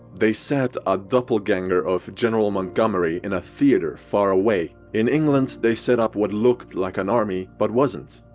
they sat a doppelganger of general montgomery in a theater far away. in engand they set up what looked like an army, but wasn't.